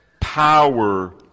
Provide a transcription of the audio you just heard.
power